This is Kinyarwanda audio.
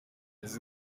uzi